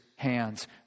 hands